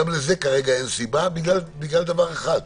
גם לזה אין סיבה בגלל דבר אחד,